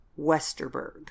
Westerberg